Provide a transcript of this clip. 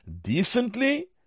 decently